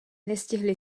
nestihli